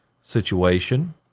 situation